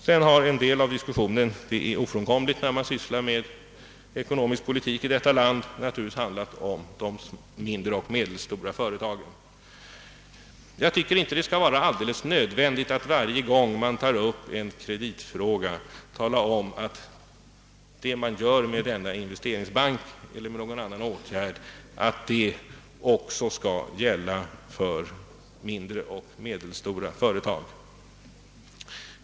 Vidare har en del av diskussionen, vilket är ofrånkomligt när man sysslar med ekonomisk politik i detta land, handlat om de mindre och medelstora företagen. Det kan väl inte vara alldeles nödvändigt att varje gång man tar upp en kreditfråga såsom denna inves teringsbank eller annat tala om att den skall gälla även mindre och medelstora företag.